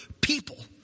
people